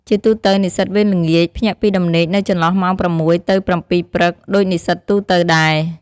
ជាទូទៅ និស្សិតវេនល្ងាច ភ្ញាក់ពីដំណេកនៅចន្លោះម៉ោង ៦ ទៅ ៧ ព្រឹក ដូចនិស្សិតទូទៅដែរ។